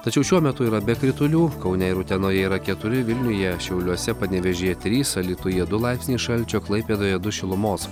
tačiau šiuo metu yra be kritulių kaune ir utenoje yra keturi vilniuje šiauliuose panevėžyje trys alytuje du laipsniai šalčio klaipėdoje du šilumos